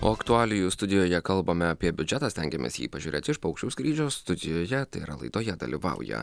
o aktualijų studijoje kalbame apie biudžetą stengiamės jį pažiūrėt iš paukščių skrydžio studijoje tai yra laidoje dalyvauja